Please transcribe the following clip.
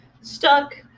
stuck